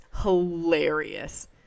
hilarious